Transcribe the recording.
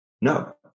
no